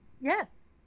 Yes